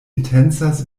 intencas